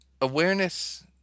awareness